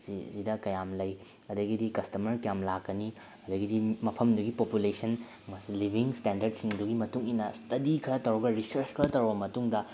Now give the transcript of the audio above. ꯁꯤꯁꯤꯗ ꯀꯌꯥꯝ ꯂꯩ ꯑꯗꯩꯒꯤꯗꯤ ꯀꯁꯇꯃꯔ ꯀꯌꯥꯝ ꯂꯥꯛꯀꯅꯤ ꯑꯗꯒꯤꯗꯤ ꯃꯐꯝꯗꯨꯒꯤ ꯄꯣꯄꯨꯂꯦꯁꯟ ꯂꯤꯕꯤꯡ ꯁ꯭ꯇꯦꯅꯗꯔꯠ ꯁꯤꯡꯗꯨꯒꯤ ꯃꯇꯨꯡ ꯏꯟꯅ ꯁ꯭ꯇꯗꯤ ꯈꯔ ꯇꯧꯔꯒ ꯔꯤꯁ꯭ꯔ꯭ꯁ ꯈꯔ ꯇꯧꯔꯕ ꯃꯇꯨꯡꯗ